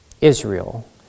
Israel